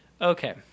Okay